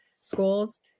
schools